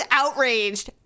outraged